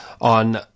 On